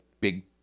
big